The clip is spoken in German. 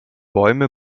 bäume